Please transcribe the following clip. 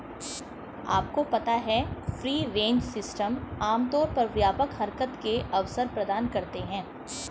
आपको पता है फ्री रेंज सिस्टम आमतौर पर व्यापक हरकत के अवसर प्रदान करते हैं?